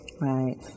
Right